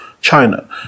China